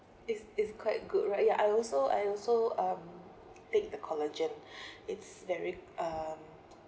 is is quite good right ya I also I also um take the collagen it's very um